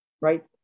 right